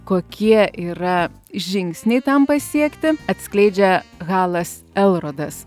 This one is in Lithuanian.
kokie yra žingsniai tam pasiekti atskleidžia halas elrodas